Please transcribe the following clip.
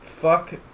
Fuck